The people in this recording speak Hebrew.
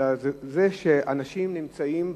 אלא זה שאנשים נמצאים בכלא.